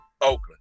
Oakland